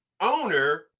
owner